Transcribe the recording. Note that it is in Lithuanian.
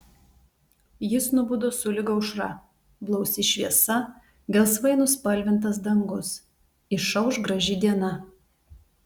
jis nubudo sulig aušra blausi šviesa gelsvai nuspalvintas dangus išauš graži diena